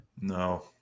no